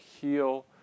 heal